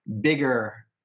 bigger